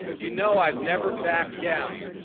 you know i'd never back down